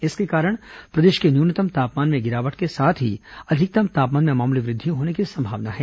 इसके कारण प्रदेश के न्यूनतम तापमान में गिरावट के साथ ही अधिकतम तापमान में मामूली वृद्धि होने की संभावना है